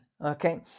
okay